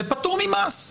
והוא פטור ממס.